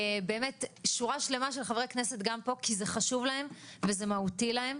באמת שורה שלמה של חברי כנסת נמצאים פה כי זה חשוב להם וזה מהותי להם.